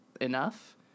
enough